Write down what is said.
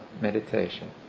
meditation